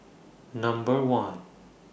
Number one